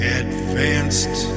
advanced